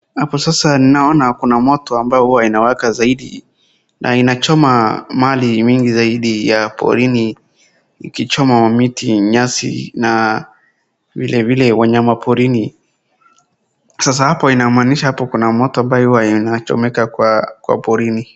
Hapo sasa naona kuna moto ambao huwa inawaka zaidi, na inachoma mali mingi zaidi ya porini, ikichoma mamiti, nyasi, na vilevile wanyama porini. Sasa hapo inamaanisha hapo kuna moto ambayo huwa inachomeka kwa, kwa porini.